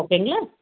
ஓகேங்களா